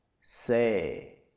say